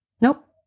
Nope